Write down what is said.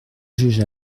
juge